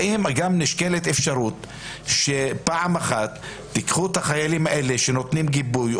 האם גם נשקלת אפשרות שפעם אחת תיקחו את החיילים האלה שנותנים גיבוי,